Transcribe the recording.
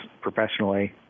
professionally